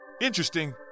Interesting